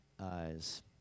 eyes